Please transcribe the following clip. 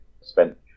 spent